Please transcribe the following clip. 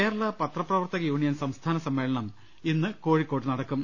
കേരള പത്രപ്രവർത്തക യൂണിയൻ സംസ്ഥാന സമ്മേ ളനം ഇന്ന് കോഴിക്കോട്ട് നടക്കും